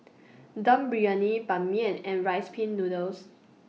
Dum Briyani Ban Mian and Rice Pin Noodles